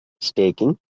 staking